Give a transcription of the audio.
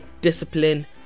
discipline